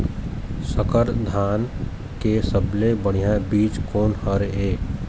संकर धान के सबले बढ़िया बीज कोन हर ये?